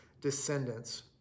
descendants